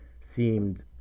seemed